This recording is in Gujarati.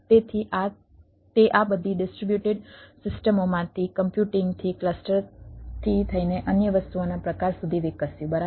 તેથી તે આ બધી ડિસ્ટ્રિબ્યુટેડ સિસ્ટમોમાંથી કમ્પ્યુટિંગથી ક્લસ્ટરથી લઈને અન્ય વસ્તુઓના પ્રકાર સુધી વિકસ્યું બરાબર